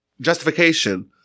justification